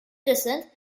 descent